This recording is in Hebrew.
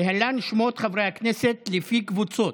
להלן שמות חברי הכנסת לפי קבוצות: